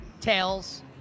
Tails